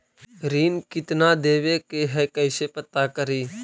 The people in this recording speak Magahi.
ऋण कितना देवे के है कैसे पता करी?